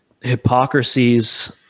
hypocrisies